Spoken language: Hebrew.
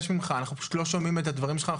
לא שומעים את דבריך.